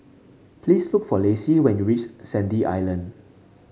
please look for Lacey when you reach Sandy Island